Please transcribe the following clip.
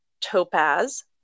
topaz